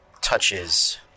touches